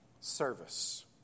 service